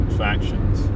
factions